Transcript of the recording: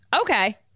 Okay